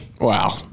Wow